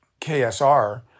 KSR